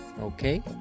okay